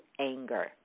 anger